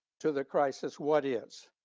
to the crisis what is.